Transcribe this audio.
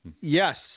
Yes